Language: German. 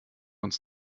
uns